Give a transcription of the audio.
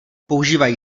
používají